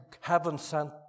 heaven-sent